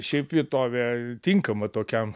šiaip vietovė tinkama tokiam